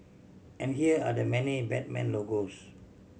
and here are the many Batman logos